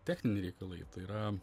techniniai reikalai tai yra